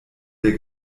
der